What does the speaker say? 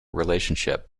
relationship